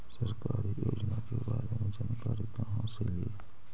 सरकारी योजना के बारे मे जानकारी कहा से ली?